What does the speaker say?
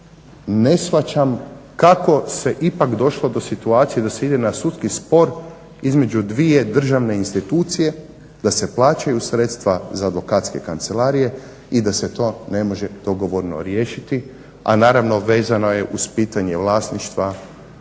ne shvaćam kako se ipak došlo do situacije da se ide na sudski spor između dvije državne institucije da se plaćaju sredstva za advokatske kancelarije i da se to ne može dogovorno riješiti, a naravno vezano je uz pitanje vlasništva